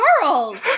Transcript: Charles